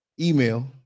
Email